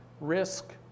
risk